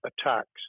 attacks